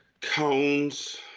cones